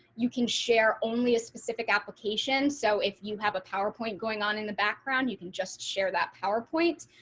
you can share only a specific application. so if you have a powerpoint going on in the background, you can just share that powerpoint,